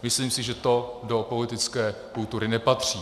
Myslím si, že to do politické kultury nepatří.